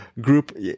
group